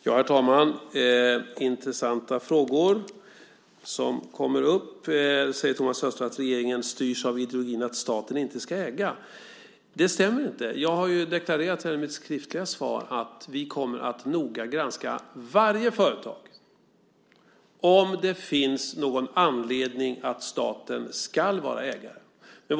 Herr talman! Det är intressanta frågor som kommer upp. Thomas Östros säger att regeringen styrs av ideologin att staten inte ska äga. Det stämmer inte. Jag har i mitt skriftliga svar deklarerat att vi kommer att noga granska varje företag för att se om det finns någon anledning att staten ska vara ägare.